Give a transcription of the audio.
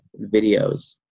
videos